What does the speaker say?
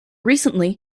recently